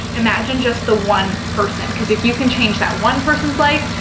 imagine just the one person because if you can change that one person's life,